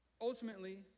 Ultimately